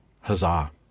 Huzzah